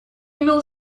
имела